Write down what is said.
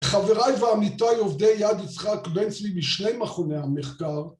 חבריי ועמיתיי עובדי יד יצחק בן-צבי משני מכוני המחקר